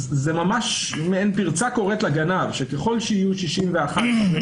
זו ממש פרצה קוראת לגנב ככל שיהיו 61 חברי